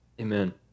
amen